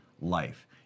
life